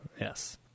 Yes